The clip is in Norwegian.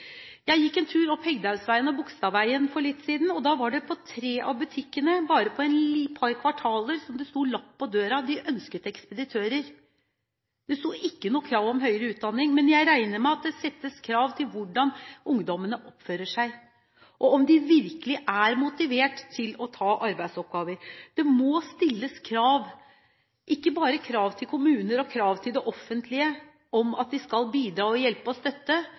Jeg gikk en tur opp Hegdehaugsveien og Bogstadveien for litt siden, og da var det på tre av butikkene, bare på et par kvartaler, en lapp på døren om at de ønsket ekspeditører. Det sto ikke noe om krav om høyere utdanning, men jeg regner med at det settes krav til hvordan ungdommene oppfører seg, og om de virkelig er motivert til å ta arbeidsoppgaver. Det må stilles krav – ikke bare krav til kommuner og krav til det offentlige om at de skal bidra og hjelpe og støtte,